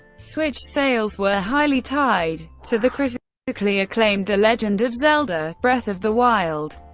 switch sales were highly tied to the critically critically acclaimed the legend of zelda breath of the wild,